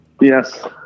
Yes